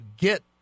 get